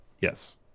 yes